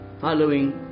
following